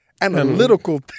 analytical